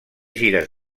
gires